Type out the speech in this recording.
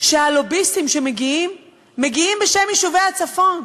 שהלוביסטים מגיעים בשם יישובי הצפון.